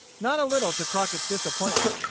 not a little to crockett's disappointment,